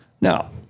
Now